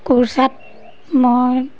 কোৰছাত মই